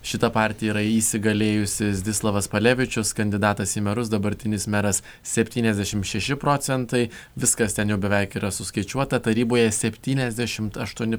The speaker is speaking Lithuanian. šita partija yra įsigalėjusi zdislavas palevičius kandidatas į merus dabartinis meras septyniasdešimt šeši procentai viskas ten jau beveik yra suskaičiuota taryboje septyniasdešimt aštuoni